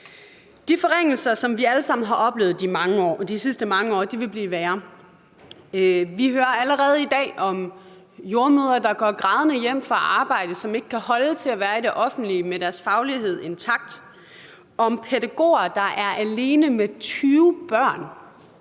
De forringelser, som vi alle sammen har oplevet de sidste mange år, vil blive værre. Vi hører allerede i dag om jordemødre, der går grædende hjem fra arbejde, som ikke kan holde til at være i det offentlige med deres faglighed intakt, om pædagoger, der er alene med 20 børn